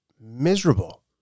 miserable